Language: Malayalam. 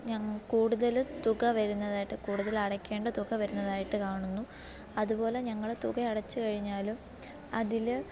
കൂടുതൽ തുക വരുന്നതായിട്ട് കൂടുതൽ അടക്കേണ്ട തുക വരുന്നതായിട്ട് കാണുന്നു അതുപോലെ ഞങ്ങൾ തുക അടച്ച് കഴിഞ്ഞാലും അതിൽ